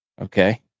Okay